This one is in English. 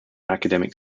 academic